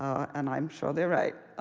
and i'm sure they're right.